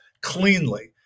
cleanly